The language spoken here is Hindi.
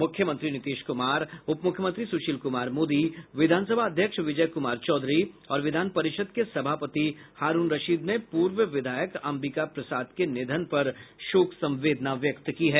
मुख्यमंत्री नीतीश कुमार उपमुख्यमंत्री सुशील कुमार मोदी विधानसभा अध्यक्ष विजय कुमार चौधीरी और विधान परिषद के सभापति हारूण रशीद ने पूर्व विधायक अंबिका प्रसाद के निधन पर शोक संवेदना व्यक्त की है